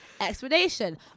explanation